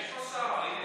יש שר.